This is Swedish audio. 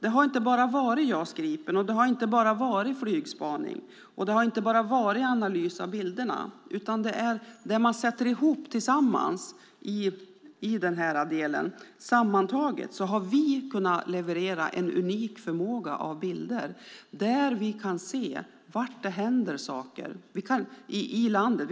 Det har inte varit bara JAS Gripen, inte varit bara flygspaning och inte varit bara analys av bilderna, utan det är det man sätter ihop tillsammans. Sammantaget har vi kunnat leverera en unik förmåga av bilder där vi kan se var det händer saker i landet.